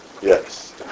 Yes